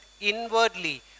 inwardly